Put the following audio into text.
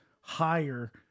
higher